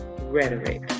Rhetoric